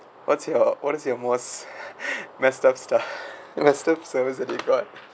what's your what is your most messed up stuff messed up service that you bought